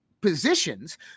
positions